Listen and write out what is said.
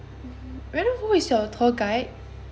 mm may I know who is your tour guide